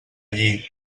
allí